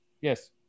yes